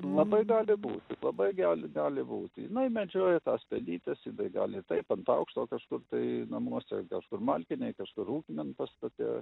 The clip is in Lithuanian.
labai gali būti labai gali gali būti jinai medžioja tas pelytes jinai gali taip ant aukšto kažkur tai namuose kažkur malkinėj kažkur ūkiniam pastate